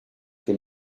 que